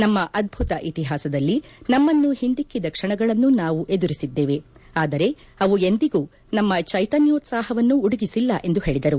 ನಮ್ಮ ಅದ್ಭುತ ಇತಿಹಾಸದಲ್ಲಿ ನಮ್ಮನ್ನು ಹಿಂದಿಕ್ಕಿದ ಕ್ಷಣಗಳನ್ನು ನಾವು ಎದುರಿಸಿದ್ದೇವೆ ಆದರೆ ಅವು ಎಂದಿಗೂ ನಮ್ಮ ಚೈಕನ್ಯೋತ್ಸಾಪವನ್ನು ಉಡುಗಿಸಿಲ್ಲ ಎಂದು ಹೇಳಿದರು